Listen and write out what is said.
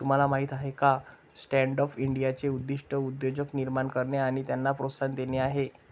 तुम्हाला माहीत आहे का स्टँडअप इंडियाचे उद्दिष्ट उद्योजक निर्माण करणे आणि त्यांना प्रोत्साहन देणे आहे